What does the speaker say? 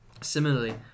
Similarly